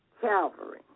Calvary